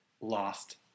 lost